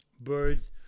birds